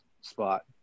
spot